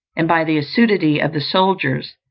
and, by the assiduity of the soldiers,